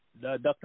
Dr